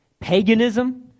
paganism